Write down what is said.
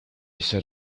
set